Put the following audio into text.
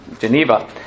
Geneva